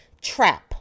trap